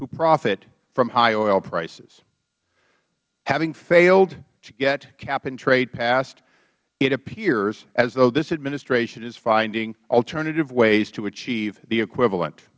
who profit from high oil prices having failed to get capandtrade passed it appears as though this administration is finding alternative ways to achieve the equivalent